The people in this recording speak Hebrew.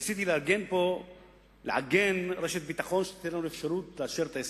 ניסיתי לעגן פה רשת ביטחון שתיתן לנו אפשרות לאשר את ההסכם.